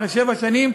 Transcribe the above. אחרי שבע שנים,